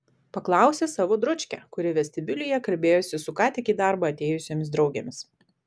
paklausė savo dručkę kuri vestibiulyje kalbėjosi su ką tik į darbą atėjusiomis draugėmis